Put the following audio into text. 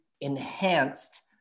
enhanced